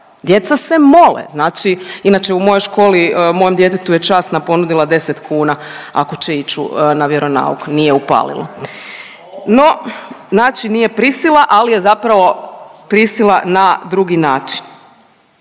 Djeca se mole. Znači, inače u mojoj školi, mojem djetetu je časna ponudila 10 kuna ako će ići na vjeronauk, nije upalilo. No, znači nije prisila ali je zapravo prisila na drugi način.